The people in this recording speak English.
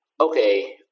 okay